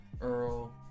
Earl